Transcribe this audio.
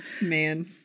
Man